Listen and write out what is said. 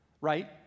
right